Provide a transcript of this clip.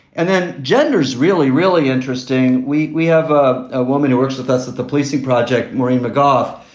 and then gender's really, really interesting. we we have a ah woman who works with us at the policing project, maureen mcgoff,